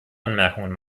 anmerkungen